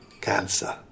Cancer